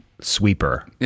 sweeper